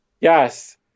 Yes